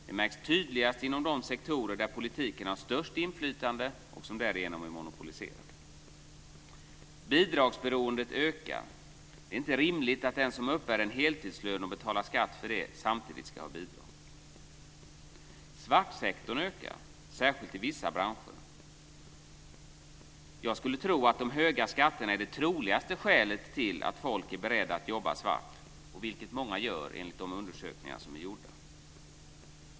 Det märks tydligast inom de sektorer där politiken har störst inflytande och som därigenom är monopoliserade. · Bidragsberoendet ökar. Det är inte rimligt att den som uppbär en heltidslön och betalar skatt för det samtidigt ska ha bidrag. · Svartsektorn ökar, särskilt i vissa branscher. Jag skulle tro att de höga skatterna är det troligaste skälet till att folk är beredda att jobba svart, vilket många gör enligt de undersökningar som är gjorda.